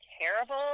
terrible